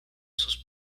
sus